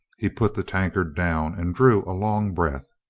he put the tankard down and drew a long breath.